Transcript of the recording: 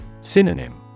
Synonym